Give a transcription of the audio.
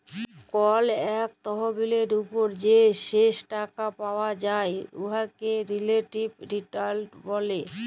call ইকট তহবিলের উপর যে শেষ টাকা পাউয়া যায় উয়াকে রিলেটিভ রিটার্ল ব্যলে